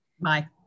Bye